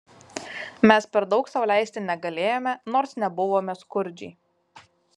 mes per daug sau leisti negalėjome nors nebuvome skurdžiai